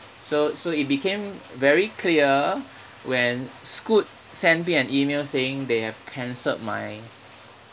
so so it became very clear when scoot sent me an email saying they have cancelled my